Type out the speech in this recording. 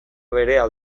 berea